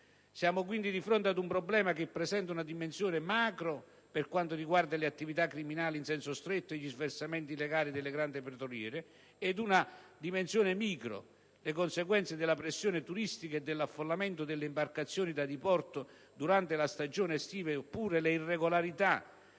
Siamo quindi di fronte ad un problema che presenta una dimensione macro, (le attività criminali in senso stretto o gli sversamenti illegali delle grandi petroliere) ed una micro, cioè le conseguenze della pressione turistica e dell'affollamento delle imbarcazioni da diporto durante la stagione estiva, oppure le irregolarità